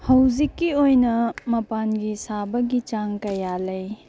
ꯍꯧꯖꯤꯛꯀꯤ ꯑꯣꯏꯅ ꯃꯄꯥꯟꯒꯤ ꯁꯥꯕꯒꯤ ꯆꯥꯡ ꯀꯌꯥ ꯂꯩ